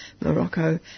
Morocco